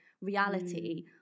reality